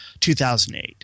2008